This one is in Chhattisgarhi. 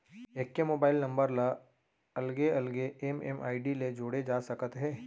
एके मोबाइल नंबर ल अलगे अलगे एम.एम.आई.डी ले जोड़े जा सकत हे